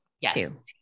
Yes